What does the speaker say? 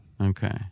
Okay